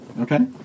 Okay